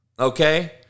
Okay